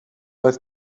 oedd